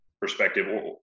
perspective